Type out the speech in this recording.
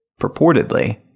purportedly